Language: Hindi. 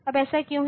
अब ऐसा क्यों है